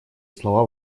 слова